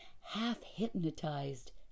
half-hypnotized